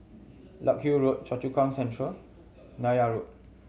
Larkhill Road Choa Chu Kang Central Neythai Road